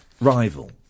rival